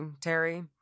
Terry